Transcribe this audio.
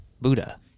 Buddha